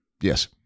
Yes